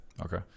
Okay